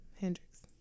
Hendrix